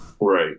Right